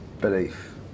belief